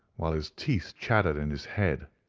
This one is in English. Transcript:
while his teeth chattered in his head.